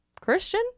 christian